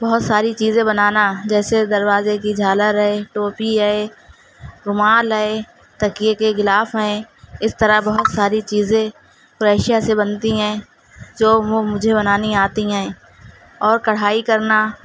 بہت ساری چیزیں بنانا جیسے دروازے کی جھالر ہے ٹوپی ہے رومال ہے تکیے کے غلاف ہیں اس طرح بہت ساری چیزیں کریشیہ سے بنتی ہیں جو مجھے بنانی آتی ہیں اور کڑھائی کرنا